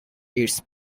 its